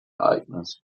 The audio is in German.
ereignis